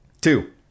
Two